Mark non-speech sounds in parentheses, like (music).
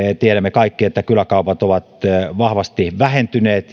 tiedämme kaikki että kyläkaupat ovat vahvasti vähentyneet (unintelligible)